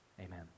amen